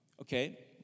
Okay